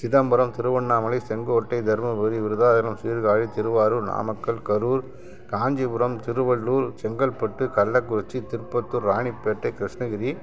Chidambaram Tiruvannamalai Sengottai Dharmapuri Virudhachalam Sirkazhi Thiruvarur Namakkal Karur Kanchipuram Tiruvallur Chengalpattu Kallakurichi Tirupattur Ranipet Krishnagiri